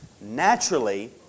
naturally